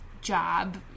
job